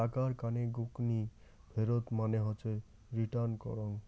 টাকার কানে গকনি ফেরত মানে হসে রিটার্ন করং